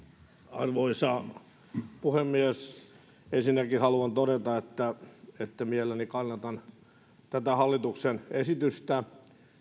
arvoisa puhemies ensinnäkin haluan todeta että että mielelläni kannatan tätä hallituksen esitystä